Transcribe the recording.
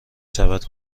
سبد